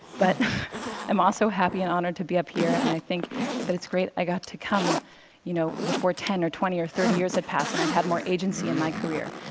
but i'm also happy and honored to be up here and i think that it's great that i got to come you know before ten or twenty or thirty years had passed and i'd had more agency in my career,